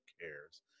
cares